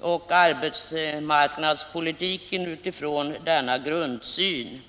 och arbetsmarknadspolitiken från denna grundsyn.